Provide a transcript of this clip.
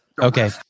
Okay